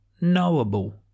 knowable